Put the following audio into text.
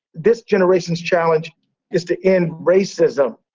this generation's challenge is to end racism,